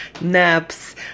naps